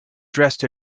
dressed